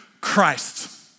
Christ